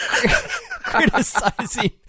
Criticizing